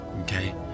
okay